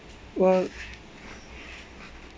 well